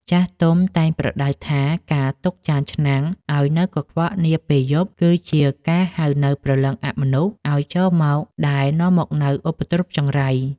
ចាស់ទុំតែងប្រដៅថាការទុកចានឆ្នាំងឱ្យនៅកខ្វក់នាពេលយប់ គឺជាការហៅនូវព្រលឹងអមនុស្សឱ្យចូលមកដែលនាំមកនូវឧបទ្រពចង្រៃ។